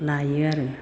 लायो आरो